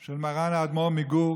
של מרן האדמו"ר מגור,